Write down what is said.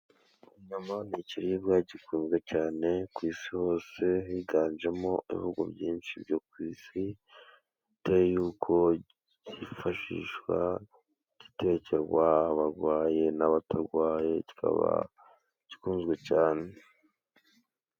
Inyama ni ikiribwa gikunzwe cyane ku isi hose, higanjemo ibihugu byinshi byo ku isi, bitewe nuko zifashishwa, zitekerwa abarwayi n'abatarwaye, zikaba zikunzwe cyane.